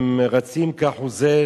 רצים כאחוזי